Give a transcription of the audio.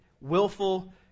willful